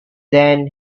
then